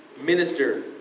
minister